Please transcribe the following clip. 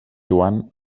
joan